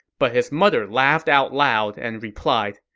but his mother laughed out loud and replied,